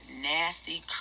nasty